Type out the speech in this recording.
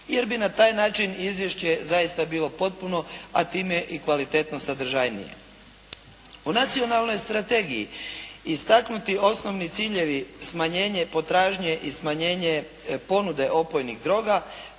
jer bi na taj način izvješće zaista bilo potpuno, a time i kvalitetno sadržajnije. U nacionalnoj strategiji istaknuti osnovni ciljevi smanjenje potražnje i smanjenje ponude opojnih droga